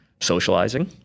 socializing